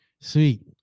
Sweet